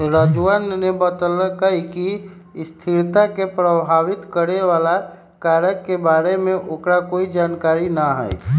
राजूवा ने बतल कई कि स्थिरता के प्रभावित करे वाला कारक के बारे में ओकरा कोई जानकारी ना हई